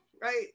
right